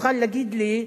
תוכל להגיד לי,